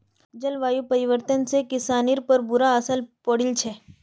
जलवायु परिवर्तन से किसानिर पर बुरा असर पौड़ील छे